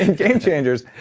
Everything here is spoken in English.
and gamechangers,